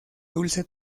dulce